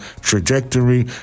trajectory